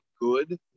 good